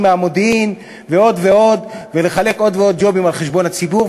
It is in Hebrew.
מהמודיעין ועוד ועוד ולחלק עוד ועוד ג'ובים על חשבון הציבור,